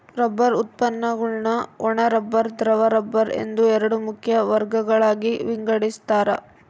rubber ಉತ್ಪನ್ನಗುಳ್ನ ಒಣ rubber ದ್ರವ ರಬ್ಬರ್ ಎಂದು ಎರಡು ಮುಖ್ಯ ವರ್ಗಗಳಾಗಿ ವಿಂಗಡಿಸ್ತಾರ